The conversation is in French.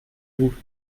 vous